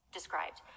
described